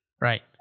Right